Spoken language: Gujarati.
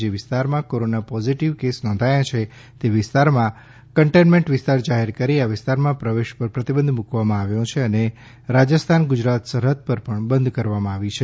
જે વિસ્તારમાં કોરોના પોઝિટિવ કેસ નોંધાયા છે તે વિસ્તારમાં કન્ટેનમેન્ટ વિસ્તાર જાહેર કરી આ વિસ્તારમાં પ્રવેશ પર પ્રતિબંધ મુકવામાં આવ્યો છે અને રાજસ્થાન ગુજરાત સરહદ પણ બંધ કરવામાં આવી છે